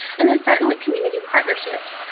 and and certainly, community partnerships.